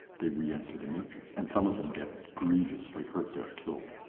they re-enter the matrix, and some of them get grievously hurt. they're killed!